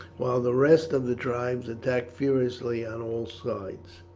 while the rest of the tribes attacked furiously on all sides,